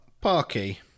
Parky